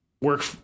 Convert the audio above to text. work